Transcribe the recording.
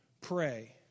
pray